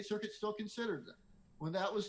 circuit still considered when that was